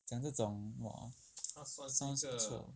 讲这种 !wah! sounds 不错